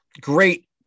great